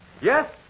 Yes